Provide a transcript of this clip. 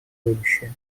будущее